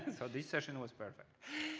and so this session was perfect.